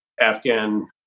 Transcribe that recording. Afghan